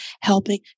helping